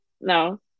No